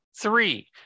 Three